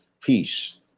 peace